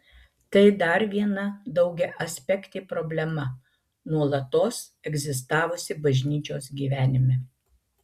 tai dar viena daugiaaspektė problema nuolatos egzistavusi bažnyčios gyvenime